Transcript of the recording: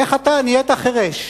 איך אתה נהיית חירש?